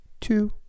two